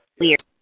weird